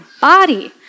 body